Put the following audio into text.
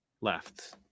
left